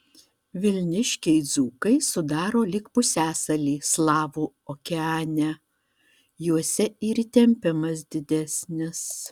vilniškiai dzūkai sudaro lyg pusiasalį slavų okeane juose ir įtempimas didesnis